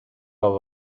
los